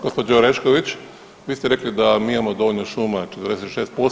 Gospođo Orešković vi ste rekli da mi imamo dovoljno šuma 46%